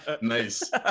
Nice